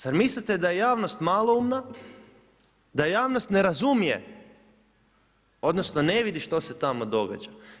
Zar mislite da je javnost maloumna, da javnost ne razumije, odnosno, ne vidi što se tamo događa.